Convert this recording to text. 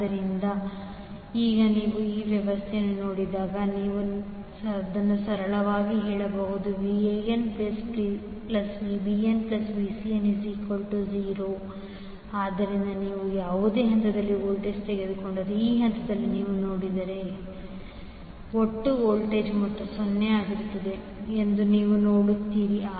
ಆದ್ದರಿಂದ ಈಗ ನೀವು ಈ ವ್ಯವಸ್ಥೆಯನ್ನು ನೋಡಿದಾಗ ನೀವು ಅದನ್ನು ಸರಳವಾಗಿ ಹೇಳಬಹುದು VanVbnVcn0 VanVbnVcn ಆದ್ದರಿಂದ ನೀವು ಯಾವುದೇ ಹಂತದಲ್ಲಿ ವೋಲ್ಟೇಜ್ ತೆಗೆದುಕೊಂಡರೆ ಈ ಹಂತದಲ್ಲಿ ನೀವು ನೋಡಿದರೆ ಹೇಳಿ ಒಟ್ಟು ವೋಲ್ಟೇಜ್ ಮೊತ್ತ 0 ಆಗಿರುತ್ತದೆ ಎಂದು ನೀವು ನೋಡುತ್ತೀರಿ